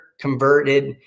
converted